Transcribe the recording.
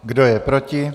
Kdo je proti?